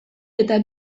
eta